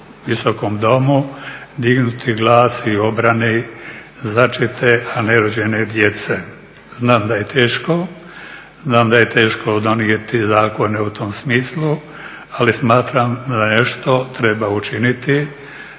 znam da je teško donijeti zakone u tom smislu, ali smatram da nešto treba učiniti.